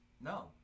No